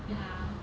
ya